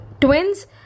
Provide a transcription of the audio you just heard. Twins